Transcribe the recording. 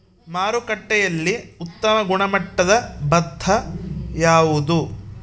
ಮಾರುಕಟ್ಟೆಯಲ್ಲಿ ಉತ್ತಮ ಗುಣಮಟ್ಟದ ಭತ್ತ ಯಾವುದು?